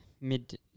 mid